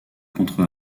contre